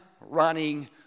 running